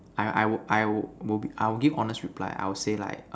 I I will I will will be I will give honest reply I will say like